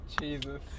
Jesus